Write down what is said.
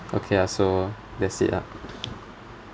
okay ah so that's it lah